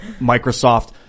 Microsoft